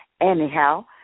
anyhow